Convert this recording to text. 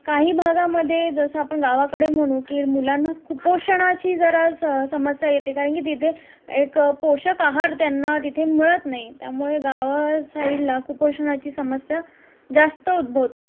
काही भागामध्ये जसं आपण गावाकडे म्हणू की मुलांना कुपोषणाची जरा स समस्या येते कारण की तिथे एक पोषक आहार त्यांना तिथे मिळत नाही त्यामुळे गावा साईडला कुपोषणाची समस्या जास्त उद्भवते